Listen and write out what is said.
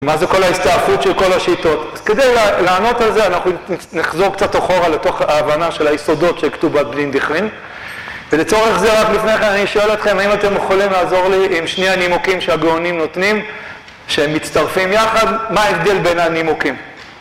מה זה כל ההסתעפות של כל השיטות. אז כדי לענות על זה, אנחנו נחזור קצת אחורה לתוך ההבנה של היסודות של כתובת בנין דכרין, ולצורך זה רק לפני כן אני אשאל אתכם האם אתם יכולים לעזור לי עם שני הנימוקים שהגאונים נותנים, שהם מצטרפים יחד, מה ההבדל בין הנימוקים?